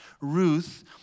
Ruth